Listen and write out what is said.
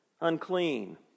unclean